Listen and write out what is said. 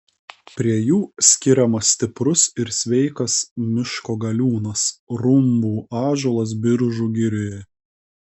prie jų skiriamas stiprus ir sveikas miško galiūnas rumbų ąžuolas biržų girioje